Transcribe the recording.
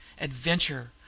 Adventure